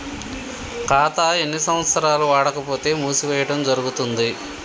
ఖాతా ఎన్ని సంవత్సరాలు వాడకపోతే మూసివేయడం జరుగుతుంది?